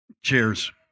Cheers